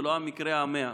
ולא המקרה ה-100.